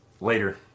Later